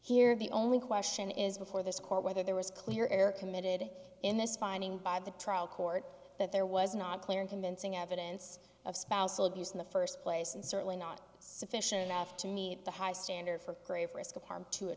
here the only question is before this court whether there was clear air committed in this finding by the trial court that there was not clear and convincing evidence of spousal abuse in the first place and certainly not sufficient enough to meet the high standard for grave risk of harm to a